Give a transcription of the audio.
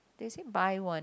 they say buy one